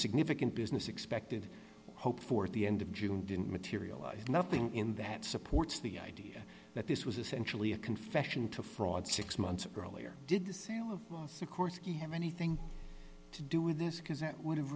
significant business expected hoped for at the end of june didn't materialize nothing in that supports the idea that this was essentially a confession to fraud six months earlier did the sale of sikorsky have anything to do with this because that would have